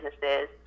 businesses